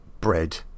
bread